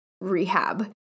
rehab